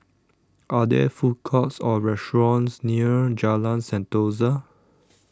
are there food courts or restaurants near Jalan Sentosa